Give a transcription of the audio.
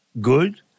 good